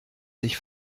sich